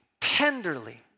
tenderly